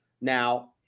Now